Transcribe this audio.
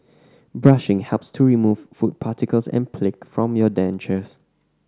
brushing helps to remove food particles and plaque from your dentures